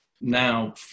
now